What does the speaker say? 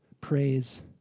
praise